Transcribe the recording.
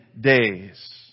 days